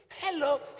hello